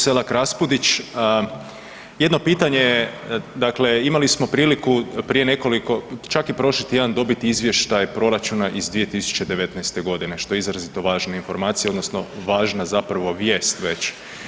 Selak Raspudić, jedno pitanje, dakle imali smo priliku prije nekoliko, čak i prošli tjedan dobiti izvještaj proračuna iz 2019. g., što je izrazito važna informacija odnosno važna zapravo vijest već.